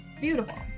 beautiful